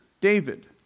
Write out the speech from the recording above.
David